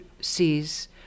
sees